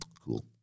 Cool